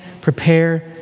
prepare